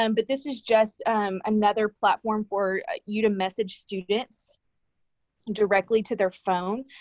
um but this is just another platform for you to message students directly to their phone.